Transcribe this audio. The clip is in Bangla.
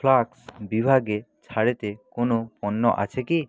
ফ্লাস্ক বিভাগে ছাড়েতে কোনও পণ্য আছে কি